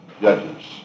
Judges